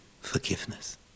forgiveness